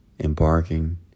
embarking